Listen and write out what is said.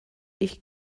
ich